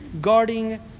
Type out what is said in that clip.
Guarding